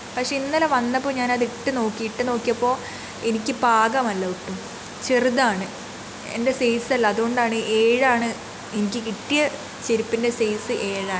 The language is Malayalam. പക്ഷേ ഇന്നലെ വന്നപ്പോൾ ഞാനത് ഇട്ടു നോക്കി ഇട്ട് നോക്കിയപ്പോൾ എനിക്ക് പാകമല്ല ഒട്ടും ചെറുതാണ് എൻറെ സൈസല്ല അതുകൊണ്ടാണ് ഏഴാണ് എനിക്ക് കിട്ടിയ ചെരുപ്പിൻ്റെ സൈസ് എഴാണ്